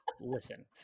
listen